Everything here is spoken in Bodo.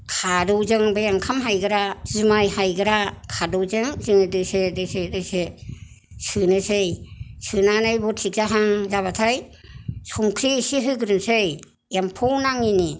खादौजों बे ओंखाम हायग्रा जुमाइ हायग्रा खादौजों जोङो दोसो दोसो दोसो सोनोसै सोनानै बरथिब जाहां जाबाथाय संख्रि इसे होग्रोनोसै एम्फौ नाङिनि